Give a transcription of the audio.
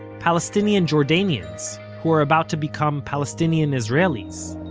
palestinian jordanians were about to become palestinian israelis.